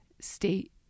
state